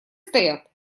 стоят